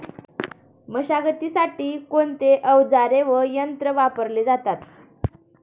मशागतीसाठी कोणते अवजारे व यंत्र वापरले जातात?